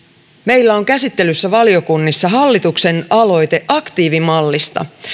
meillä on käsittelyssä valiokunnissa hallituksen aloite aktiivimallista